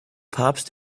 papst